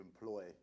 employ